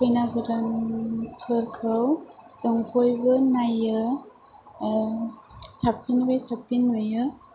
खैना गोदानफोरखौ जों बयबो नायो साबसिननिफ्राय साबसिन नुयो